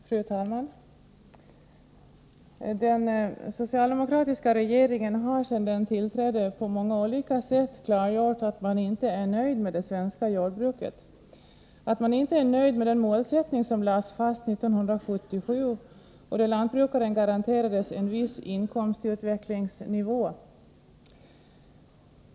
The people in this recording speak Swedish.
Fru talman! Den socialdemokratiska regeringen har sedan den tillträdde på många olika sätt klargjort att man inte är nöjd med det svenska jordbruket, att man inte är nöjd med den målsättning som lades fast 1977, där lantbrukaren garanterades en viss inkomstutvecklingsnivå.